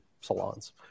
salons